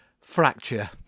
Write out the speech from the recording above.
fracture